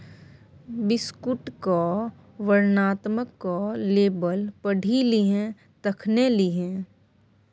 बिस्कुटक वर्णनात्मक लेबल पढ़ि लिहें तखने लिहें